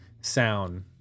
sound